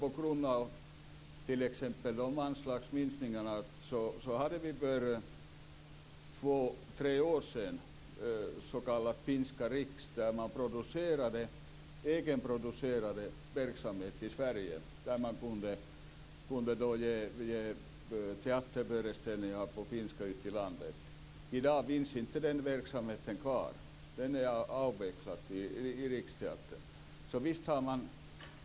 För två tre år sedan hade vi s.k. Finska Riks där man egenproducerade verksamhet i Sverige och där man kunde ge teaterföreställningar på finska ute i landet. I dag finns inte den verksamheten kvar. Den verksamheten inom Riksteatern är avvecklad.